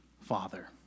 father